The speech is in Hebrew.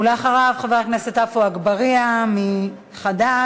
ואחריו, חבר הכנסת עפו אגבאריה מחד"ש.